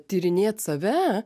tyrinėt save